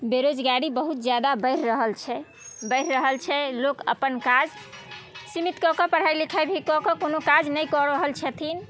बेरोजगारी बहुत जादा बढ़ि रहल छै बढ़ि रहल छै लोक अपन काज सीमित कऽ के पढ़ाइ लिखाइ भी कऽ के कोनो काज नहि कऽ रहल छथिन